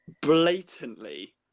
blatantly